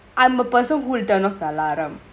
I'm a person will done of alarm